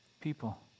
People